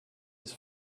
his